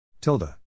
TILDA